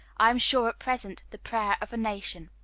i am sure, at present the prayer of a nation.